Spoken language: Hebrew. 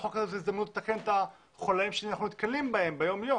שהחוק הזה בא לתקן חוליים שאנחנו נתקלים בהם בכל יום.